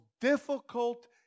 difficult